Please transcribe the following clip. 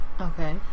okay